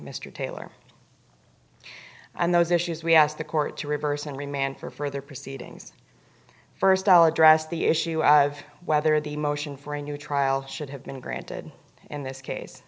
mr taylor and those issues we asked the court to reverse and remand for further proceedings first i'll address the issue i've whether the motion for a new trial should have been granted in this case